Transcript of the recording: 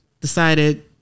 decided